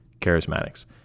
charismatics